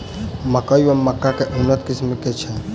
मकई वा मक्का केँ उन्नत किसिम केँ छैय?